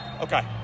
Okay